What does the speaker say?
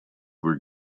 were